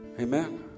amen